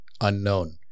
unknown